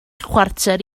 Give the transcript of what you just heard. chwarter